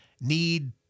need